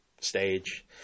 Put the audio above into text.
stage